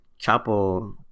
Chapo